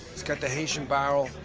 it's got the haitian barrel.